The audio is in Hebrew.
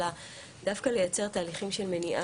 אלא דווקא לייצר תהליכים של מניעה.